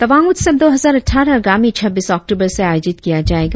तवांग उत्सव दो हजार अटठारह आगामी छब्बीस अक्टूबर से आयोजित किया जायेगा